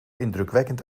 indrukwekkend